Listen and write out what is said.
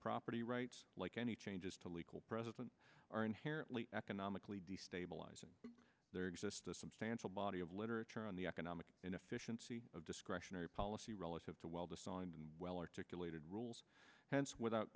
property rights like any changes to legal precedent are inherently economically destabilizing there exists a substantial city of literature on the economic inefficiency of discretionary policy relative to well designed and well articulated rules hence without